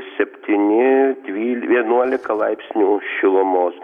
septyni dvyli vienuolika laipsnių šilumos